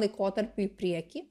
laikotarpiui į priekį